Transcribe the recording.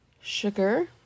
Sugar